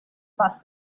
was